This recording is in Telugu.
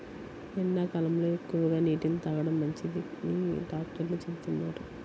ఎండాకాలంలో ఎక్కువగా నీటిని తాగడం మంచిదని డాక్టర్లు చెబుతున్నారు